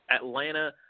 Atlanta